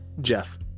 Jeff